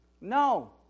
No